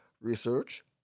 research